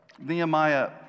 Nehemiah